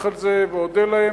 אני אברך על זה ואודה להם.